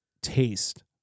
taste